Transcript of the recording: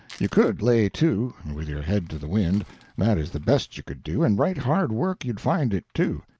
you could lay to, with your head to the wind that is the best you could do, and right hard work you'd find it, too.